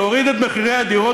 להוריד את מחירי הדירות,